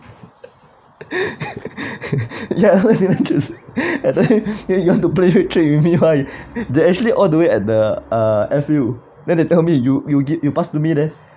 ya then they went through that time you want to play trick with me why they actually all the way at the uh airfield then they tell me you you will get you pass to me then